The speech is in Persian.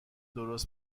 درست